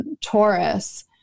Taurus